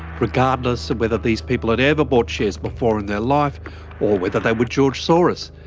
regardless of whether these people had ever bought shares before in their life or whether they were george soros.